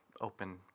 open